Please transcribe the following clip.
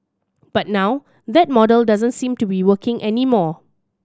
but now that model doesn't seem to be working anymore